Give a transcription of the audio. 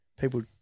people